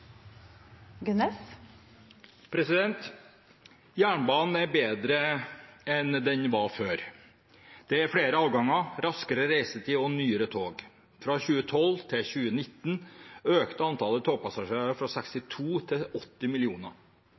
flere avganger, raskere reisetid og nyere tog. Fra 2012 til 2019 økte antallet togpassasjerer fra 62 millioner til 80 millioner.